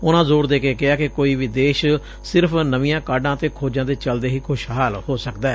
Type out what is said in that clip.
ਉਨਾਂ ਜ਼ੋਰ ਦੇ ਕੇ ਕਿਹਾ ਕਿ ਕੋਈ ਵੀ ਦੇਸ਼ ਸਿਰਫ਼ ਨਵੀਆਂ ਕਾਢਾਂ ਅਤੇ ਖੋਜਾਂ ਦੇ ਚਲਦੇ ਹੀ ਖੁਸ਼ਹਾਲ ਹੋ ਸਕਦੈ